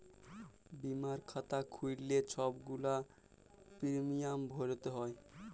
বীমার খাতা খ্যুইল্লে ছব গুলা পিরমিয়াম ভ্যইরতে হ্যয়